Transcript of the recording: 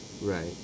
Right